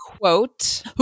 Quote